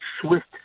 swift